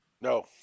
No